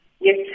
Yes